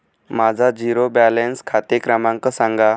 माझा zero balance खाते क्रमांक सांगा